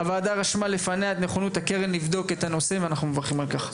הועדה רשמה לפניה את נכונות הקרן לבדוק את הנושא ואנחנו מברכים על כך.